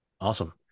Awesome